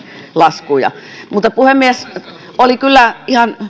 laskuja puhemies oli kyllä ihan